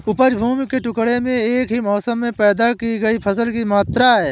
उपज भूमि के टुकड़े में एक ही मौसम में पैदा की गई फसल की मात्रा है